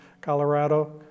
Colorado